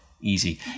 easy